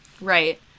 right